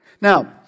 Now